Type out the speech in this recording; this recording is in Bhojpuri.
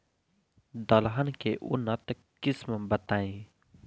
दलहन के उन्नत किस्म बताई?